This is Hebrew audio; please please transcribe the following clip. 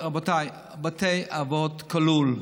אבות, רבותיי, בתי אבות כלולים.